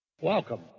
Welcome